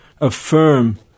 affirm